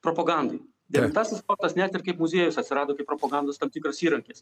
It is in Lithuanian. propagandai devintasis fortas net ir kaip muziejus atsirado kaip propagandos tam tikras įrankis